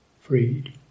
freed